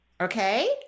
Okay